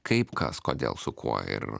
kaip kas kodėl su kuo ir